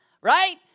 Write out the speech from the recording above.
right